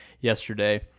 yesterday